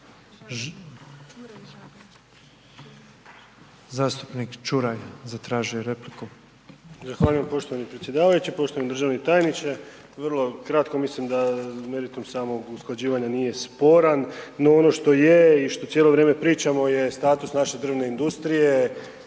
Zastupnik Čuraj zatražio je repliku.